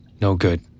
no-good